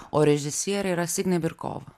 o režisierė yra signė birkova